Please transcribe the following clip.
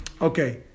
Okay